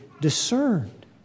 discerned